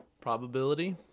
Probability